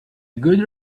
good